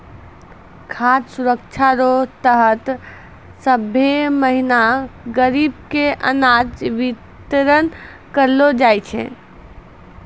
खाद सुरक्षा रो तहत सभ्भे महीना गरीब के अनाज बितरन करलो जाय छै